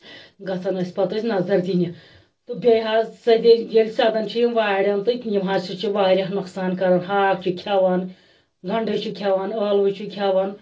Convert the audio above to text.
گَژھان ٲسۍ پَتہٕ أسۍ نظر دِنہِ تہٕ بیٚیہِ حظ سیٚدے ییٚلہِ سیٚدان چھِ یم وارٮ۪ن تہٕ یم ہسا چھِ واریاہ نۅقصان کَران ہاکھ چھِ کھیٚوان گَنٛڈٕ چھِ کھیٚوان ٲلوٕ چھِ کھیٚوان